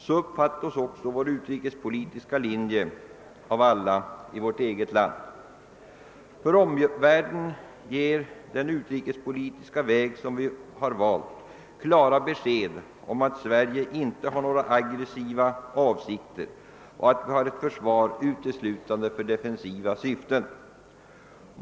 Så uppfattas också vår utrikespolitiska linje av alla i vårt eget land. För omvärlden ger den utrikespolitiska väg som vi har valt klara besked om att Sverige inte har några aggresiva avsikter och att vi har ett försvar uteslutande för defensiva syften.